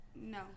No